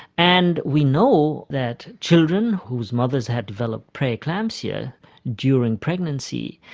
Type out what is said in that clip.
and we know that children whose mothers had developed pre-eclampsia during pregnancy,